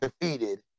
defeated